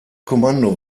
kommando